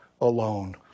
alone